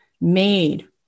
made